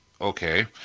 okay